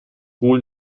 wohl